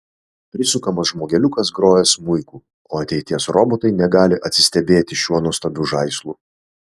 prisukamas žmogeliukas groja smuiku o ateities robotai negali atsistebėti šiuo nuostabiu žaislu